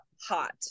hot